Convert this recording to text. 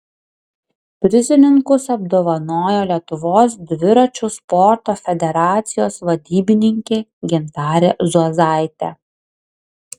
prizininkus apdovanojo lietuvos dviračių sporto federacijos vadybininkė gintarė zuozaitė